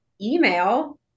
Email